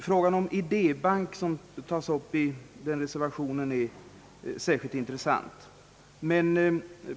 Frågan om en idébank, som tas upp i reservationen, är särskilt intressant.